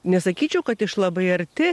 nesakyčiau kad iš labai arti